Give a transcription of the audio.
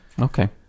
Okay